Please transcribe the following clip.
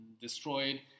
destroyed